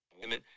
women